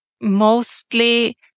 mostly